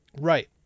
Right